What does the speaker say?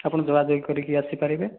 ଆପଣ ଯୋଗାଯୋଗ କରିକି ଆସି ପାରିବେ